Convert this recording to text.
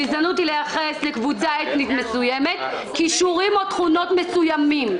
גזענות היא לייחס לקבוצה אתנית מסוימת כישורים או תכונות מסוימים.